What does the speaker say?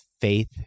faith